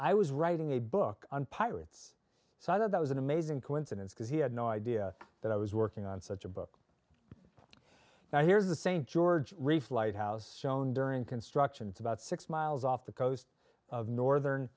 i was writing a book on pirates so i thought that was an amazing coincidence because he had no idea that i was working on such a book now here's the st george reef lighthouse shown during construction it's about six miles off the coast of northern